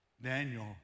Daniel